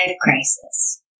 crisis